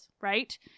right